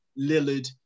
Lillard